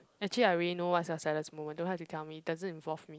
actually I already know what's your saddest moment don't have to tell me doesn't involve me